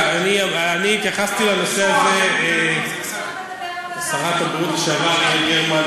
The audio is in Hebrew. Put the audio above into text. את זה אנחנו רוצים לשמוע בוועדה.